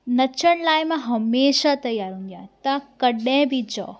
नचण लाइ मां हमेशह त्यारु हूंदी आहियां तव्हां कॾहिं बि चओ